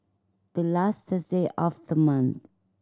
the last Thursday of the month